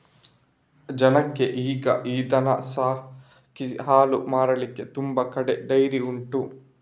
ಜನಕ್ಕೆ ಈಗ ಈ ದನ ಸಾಕಿ ಹಾಲು ಮಾರ್ಲಿಕ್ಕೆ ತುಂಬಾ ಕಡೆ ಡೈರಿ ಉಂಟು